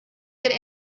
that